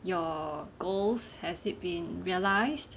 your goals has it been realised